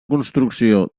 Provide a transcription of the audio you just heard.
construcció